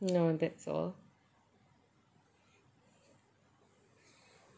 no that's all